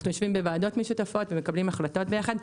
אנחנו יושבים בוועדות משותפות ומקבלים החלטות ביחד.